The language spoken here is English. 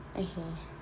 okay